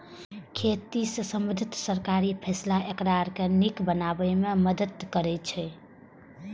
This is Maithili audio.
खेती सं संबंधित सरकारी फैसला एकरा आर नीक बनाबै मे मदति करै छै